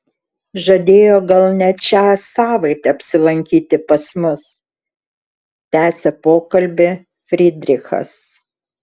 žadėjo gal net šią savaitę apsilankyti pas mus tęsė pokalbį frydrichas